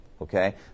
okay